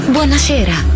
Buonasera